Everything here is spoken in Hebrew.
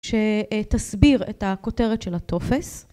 שתסביר את הכותרת של הטופס.